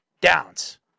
downs